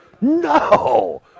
no